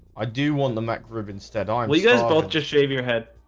i do want the mac rib instead are we just both just shave your head?